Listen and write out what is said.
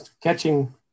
catching